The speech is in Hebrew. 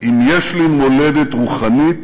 אם יש לי מולדת רוחנית,